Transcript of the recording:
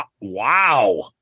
Wow